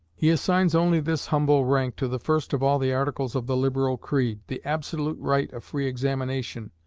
he assigns only this humble rank to the first of all the articles of the liberal creed, the absolute right of free examination,